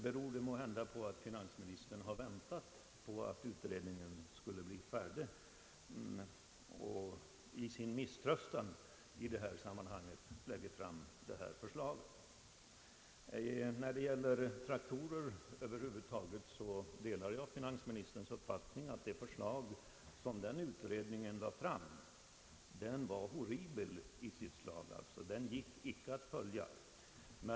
Beror det måhända på att finansministern har väntat på att utredningen skulle bli färdig och när han börjar misströsta lägger fram detta förslag? När det gäller traktorer över huvud taget delar jag finansministerns uppfattning att den utredningens förslag var horribelt i sitt slag och inte möjligt att följa.